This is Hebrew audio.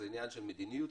עניין של מדיניות,